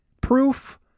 proof